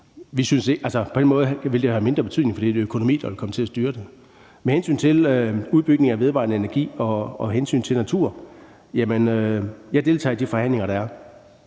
at etablere. Altså, på den måde ville det have mindre betydning, fordi det er økonomi, der ville komme til at styre det. Med hensyn til udbygning af vedvarende energi og hensynet til naturen vil jeg sige, at jeg deltager i de forhandlinger, der er,